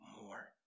more